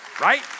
Right